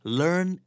learn